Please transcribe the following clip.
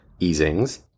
easings